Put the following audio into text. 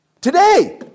today